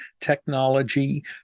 technology